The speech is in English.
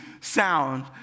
sound